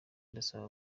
ndasaba